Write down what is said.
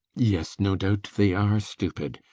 yes, no doubt they are stupid.